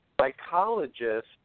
psychologist